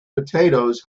potatoes